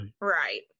Right